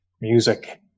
music